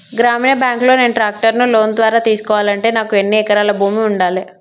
గ్రామీణ బ్యాంక్ లో నేను ట్రాక్టర్ను లోన్ ద్వారా తీసుకోవాలంటే నాకు ఎన్ని ఎకరాల భూమి ఉండాలే?